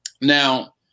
Now